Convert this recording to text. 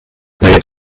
pay